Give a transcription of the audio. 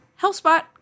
HelpSpot